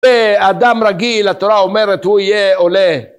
באדם רגיל התורה אומרת הוא יהיה עולה